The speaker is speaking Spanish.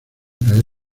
caer